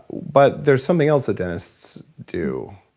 but there's something else that dentists do.